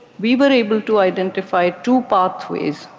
we were able to identify two pathways,